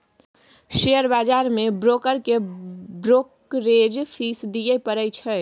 share बजार मे broker केँ ब्रोकरेज फीस दियै परै छै